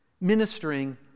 ministering